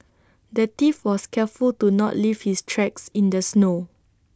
the thief was careful to not leave his tracks in the snow